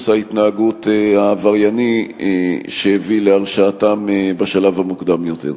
ההתנהגות העברייני שהביא להרשעתם בשלב המוקדם יותר.